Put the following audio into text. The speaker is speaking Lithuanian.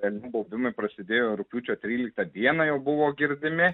elnių baubimai prasidėjo rugpjūčio tryliktą dieną jau buvo girdimi